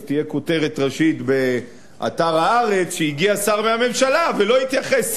אז תהיה כותרת ראשית באתר "הארץ" שהגיע שר מהממשלה ולא התייחס,